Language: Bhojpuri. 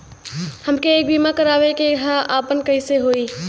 हमके एक बीमा करावे के ह आपन कईसे होई?